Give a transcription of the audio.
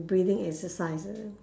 breathing exercises